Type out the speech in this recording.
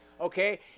Okay